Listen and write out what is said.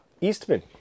Eastman